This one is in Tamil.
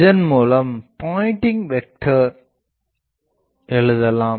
இதன் மூலம் பாயிண்டிங்க் வெக்டர் எழுதலாம்